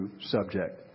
subject